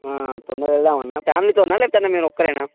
తొందరగా వెళ్దామన్నా ఫ్యామిలీతోనా లేకపోతే అందు మీరు ఒక్కరేనా